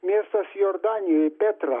miestas jordanijoj petro